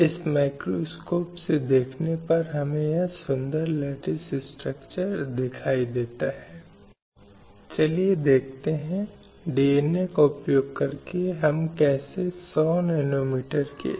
इसलिए महिलाओं के खिलाफ हिंसा की निंदा करने और उस अंत की दिशा में उचित कदम उठाने के लिए राज्य को निर्देश देने की घोषणा की गई